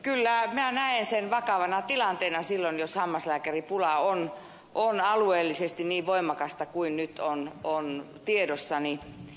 kyllä minä näen sen vakavana tilanteena silloin jos hammaslääkäripula on alueellisesti niin voimakasta kuin nyt on tiedossani